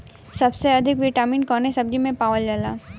सबसे अधिक विटामिन कवने सब्जी में पावल जाला?